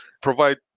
provide